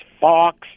Fox